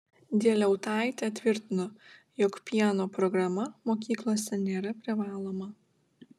dieliautaitė tvirtino jog pieno programa mokyklose nėra privaloma